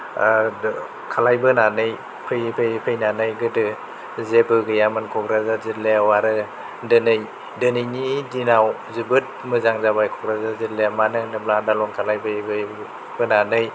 ओ खालायबोनानै फैयै फैयै फैनानै गोदो जेबो गैयामोन कक्राझार जिल्लायाव आरो दोनै दोनैनि दिनाव जोबोद मोजां जाबाय कक्राझार जिल्लाया मानो होनोबा आन्दलन खालामबोयै फैयै फैयै फैनानै